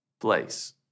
place